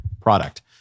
product